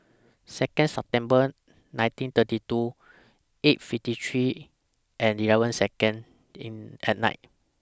Second September nineteen thirty two eight fifty three and eleven Second At Night